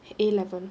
A level